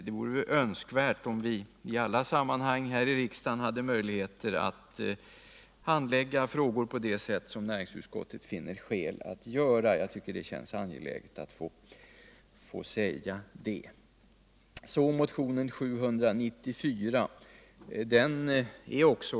Det vore önskvärt att vi i alla sammanhang här i riksdagen hade möjlighet att handlägga frågor på det sätt som näringsutskottet funnit skäl att göra. Jag tycker att det känns angeläget att säga det. Så ull motionen 794.